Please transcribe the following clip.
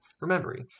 remembering